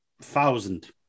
thousand